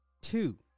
two